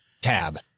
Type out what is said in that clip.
Tab